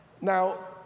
Now